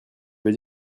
veut